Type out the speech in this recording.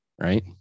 right